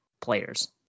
players